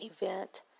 event